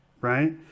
Right